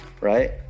right